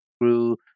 grew